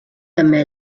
també